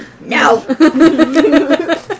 No